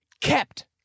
kept